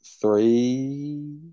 three